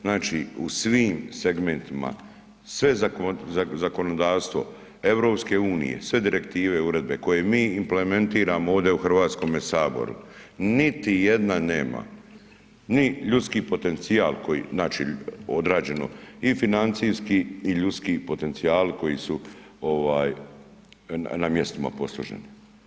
Znači u svim segmentima, sve zakonodavstvo, EU-e, sve direktive i uredbe koje mi implementiramo ovdje u HS-u, niti jedna nema ni ljudski potencijal, koji znači odrađeno i financijski i ljudski potencijali koji su na mjestima posloženi.